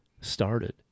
started